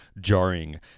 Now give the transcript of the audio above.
jarring